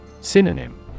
Synonym